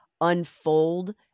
unfold